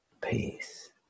Peace